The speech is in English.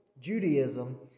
Judaism